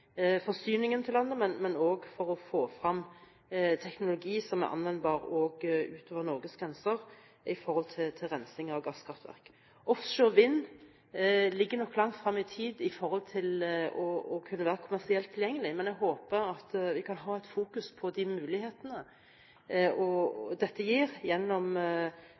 energiforsyningen til landet, men også for å få frem teknologi som er anvendbar også utenfor Norges grenser, i forbindelse med rensing av gasskraftverk. Offshore vind ligger nok langt frem i tid for å kunne være kommersielt tilgjengelig. Men jeg håper at vi kan fokusere på de mulighetene dette gir, gjennom